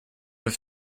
have